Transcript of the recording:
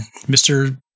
Mr